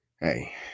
hey